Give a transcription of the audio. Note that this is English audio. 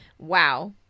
Wow